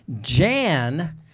Jan